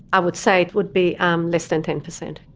i would say it would be um less than ten percent.